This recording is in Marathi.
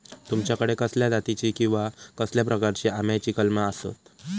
तुमच्याकडे कसल्या जातीची किवा कसल्या प्रकाराची आम्याची कलमा आसत?